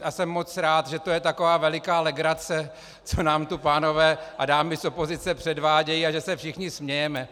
A jsem moc rád, že to je taková veliká legrace, co nám tu pánové a dámy z opozice předvádějí, a že se všichni smějeme.